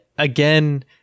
again